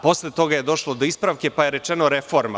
Posle toga je došlo do ispravke, pa je rečeno – reforma.